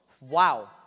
Wow